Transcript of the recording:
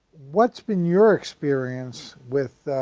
what's been your experience with